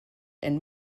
and